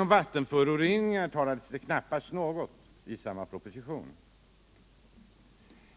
Om vattenföroreningen sägs det knappast någonting i samma proposition,